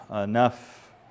enough